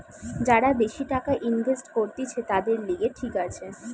যারা বেশি টাকা ইনভেস্ট করতিছে, তাদের লিগে ঠিক আছে